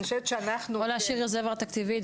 אני חושבת שאנחנו --- או להשאיר רזרבה תקציבית.